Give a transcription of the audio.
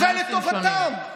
אני רוצה שהמשטרה גם,